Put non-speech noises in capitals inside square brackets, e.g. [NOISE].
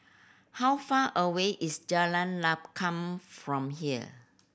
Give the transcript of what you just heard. how far away is Jalan [UNINTELLIGIBLE] from here